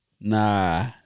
Nah